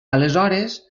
aleshores